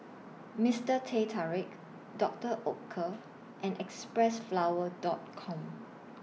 Mister Teh Tarik Doctor Oetker and Xpressflower Dot Com